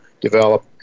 develop